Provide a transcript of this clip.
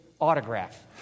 autograph